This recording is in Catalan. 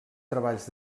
treballs